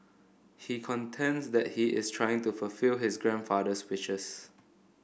he contends that he is trying to fulfil his grandfather's wishes